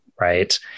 right